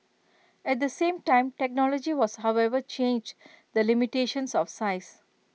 at the same time technology was however changed the limitations of size